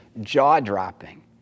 jaw-dropping